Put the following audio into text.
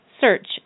Search